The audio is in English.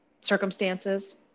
circumstances